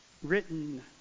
written